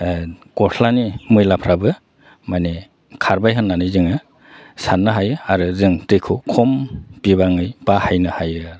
गस्लानि मैलाफ्राबो माने खारबाय होननानै जोङो साननो हायो आरो जों दैखौ खम बिबाङै बाहायनो हायो